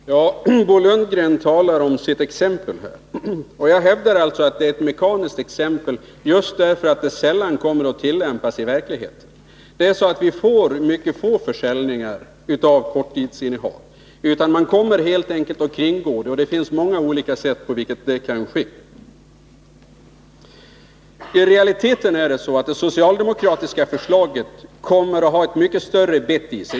Fru talman! Bo Lundgren talar om sitt exempel. Jag hävdar att det är ett mekaniskt exempel just därför att det sällan kommer att tillämpas i verkligheten. Det kommer att bli ytterst få försäljningar av korttidsinnehav — man kommer helt enkelt att kringgå bestämmelserna. Det finns många olika sätt på vilka man kan göra det. I realiteten kommer det socialdemokratiska förslaget att ha ett mycket bättre bett.